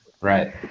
Right